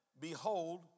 behold